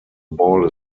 ball